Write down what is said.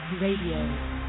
Radio